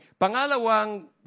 Pangalawang